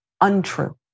untrue